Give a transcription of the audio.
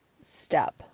step